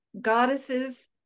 goddesses